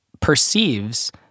perceives